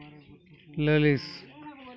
ᱞᱟᱹᱞᱤᱥ